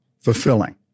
fulfilling